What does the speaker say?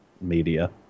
media